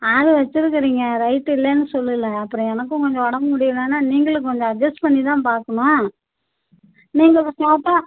ஆள் வச்சிருக்குறீங்க ரைட்டு இல்லன்னு சொல்லல அப்புறம் எனக்கும் கொஞ்சம் உடம்பு முடியலன்னா நீங்களும் கொஞ்சம் அட்ஜஸ்ட் பண்ணி தான் பார்க்கணும் நீங்கள் ஃபஸ்ட்டு பார்த்தா